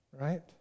right